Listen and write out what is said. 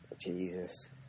Jesus